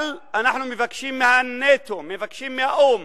אבל אנחנו מבקשים מנאט"ו, מבקשים מהאו"ם,